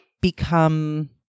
become